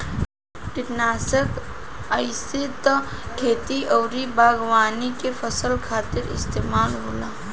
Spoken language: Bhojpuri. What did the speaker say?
किटनासक आइसे त खेती अउरी बागवानी के फसल खातिर इस्तेमाल होला